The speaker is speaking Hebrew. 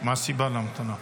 מה הסיבה להמתנה?